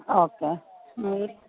okay